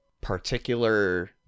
particular